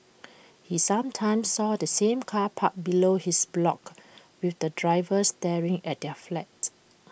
he sometimes saw the same car parked below his block with the driver staring at their flat